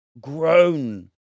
grown